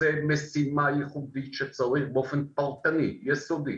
שזו משימה ייחודית שצריך באופן פרטני ויסודי